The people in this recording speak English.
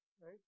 right